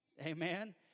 Amen